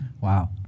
Wow